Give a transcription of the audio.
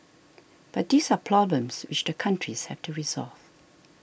but these are problems which the countries have to resolve